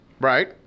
Right